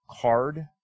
card